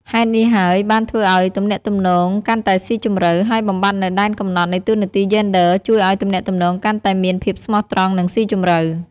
ហេតុនេះហើយបានធ្វើឲ្យទំនាក់ទំនងកាន់តែស៊ីជម្រៅ ហើយបំបាត់នូវដែនកំណត់នៃតួនាទីយេនឌ័រជួយឱ្យទំនាក់ទំនងកាន់តែមាន ភាពស្មោះត្រង់ និង ស៊ីជម្រៅ។